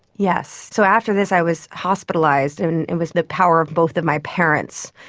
yes. so after this i was hospitalised, and it was the power of both of my parents,